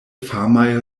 famaj